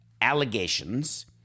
allegations